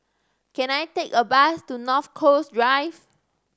can I take a bus to North Coast Drive